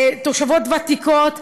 תושבות ותיקות,